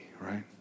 right